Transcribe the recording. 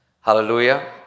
Hallelujah